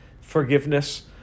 forgiveness